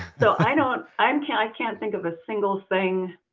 so i don't, i um can't i can't think of a single thing.